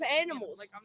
animals